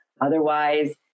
Otherwise